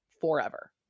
forever